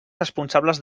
responsables